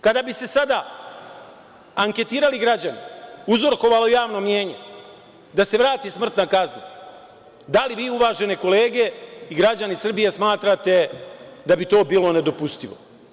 Kada bi se sada anketirali građani, uzrokovalo javno mnjenje, da se vrati smrtna kazna, da li vi uvažene kolege i građani Srbije smatrate da bi to bilo nedopustivo?